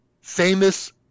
Famous